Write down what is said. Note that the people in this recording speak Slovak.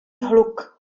hluk